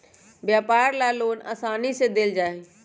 व्यापार ला भी लोन आसानी से देयल जा हई